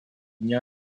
дня